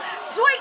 Sweet